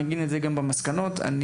אני אגיד את זה גם במסקנות הדיון,